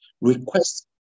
Request